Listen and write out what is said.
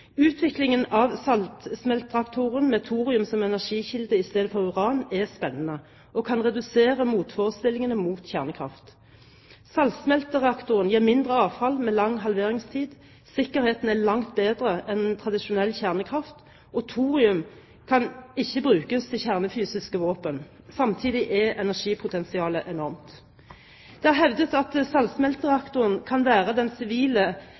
Utviklingen av saltsmeltereaktoren, med thorium som energikilde i stedet for uran, er spennende og kan redusere motforestillingene mot kjernekraft. Saltsmeltereaktoren gir mindre avfall med lang halveringstid, sikkerheten er langt bedre enn ved tradisjonell kjernekraft, og thorium kan ikke brukes til kjernefysiske våpen. Samtidig er energipotensialet enormt. Det er hevdet at saltsmeltereaktoren kan være den sivile